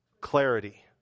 clarity